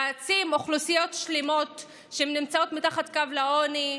להעצים אוכלוסיות שלמות שנמצאות מתחת לקו העוני,